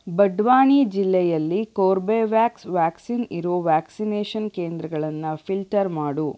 ಬಡ್ವಾನಿ ಜಿಲ್ಲೆಯಲ್ಲಿ Corbevax vaccine ಇರೋ vaccination ಕೇಂದ್ರಗಳನ್ನು ಫಿಲ್ಟರ್ ಮಾಡು